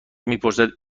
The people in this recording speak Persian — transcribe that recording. میپرسد